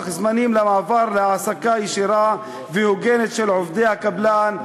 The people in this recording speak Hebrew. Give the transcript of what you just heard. זמנים למעבר להעסקה ישירה והוגנת של עובדי הקבלן.